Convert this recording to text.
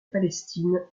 palestine